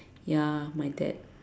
ya my dad